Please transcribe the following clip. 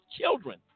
children